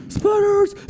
Spiders